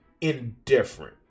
Indifferent